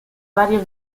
varios